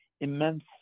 immense